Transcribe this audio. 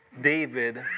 David